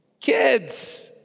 Kids